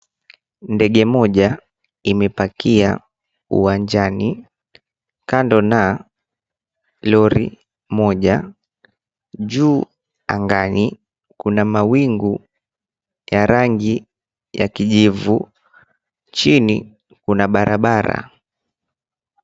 Ndege moja imepakia uwanjani kando na lori moja. Juu angani kuna mawingu ya rangi ya kijivu. Chini kuna barabara.